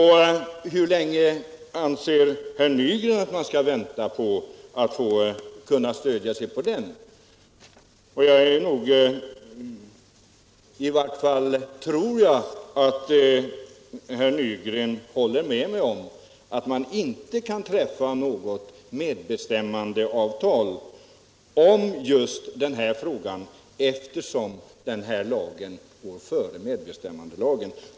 Hur länge anser herr Nygren att man skall vänta på att få den lagen att stödja sig på? Jag tror att herr Nygren håller med mig om att det inte går att träffa något medbestämmandeavtal om TV-övervakning, eftersom den lag vi nu diskuterar går före medbestämmandelagen.